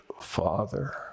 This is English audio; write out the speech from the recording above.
father